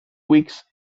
weeks